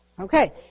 Okay